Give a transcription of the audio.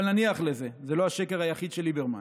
אבל נניח לזה, זה לא השקר היחיד של ליברמן.